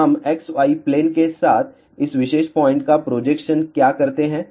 तो हम xy plane के साथ इस विशेष पॉइंट का प्रोजेक्शन क्या करते हैं